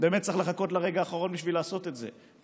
באמת צריך לחכות לרגע האחרון כדי לעשות את זה,